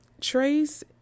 Trace